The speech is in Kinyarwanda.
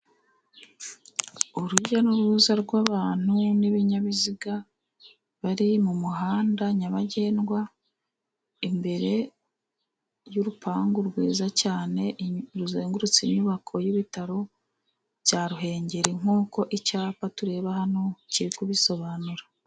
Urujya n'uruza rw'abantu n'ibinyabiziga, bari mu muhanda nyabagendwa, imbere y'urupangu rwiza cyane ruzengurutse inyubako y'ibitaro bya Ruhengeri, nkuko icyapa tureba hano kiri kubisobanura.